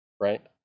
right